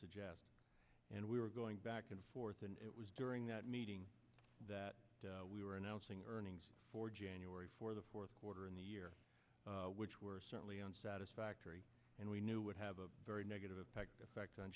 suggest and we were going back and forth and it was during that meeting that we were announcing earnings for january for the fourth quarter in the year which were certainly on satisfactory and we knew would have a very negative impact effect on